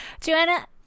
Joanna